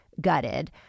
gutted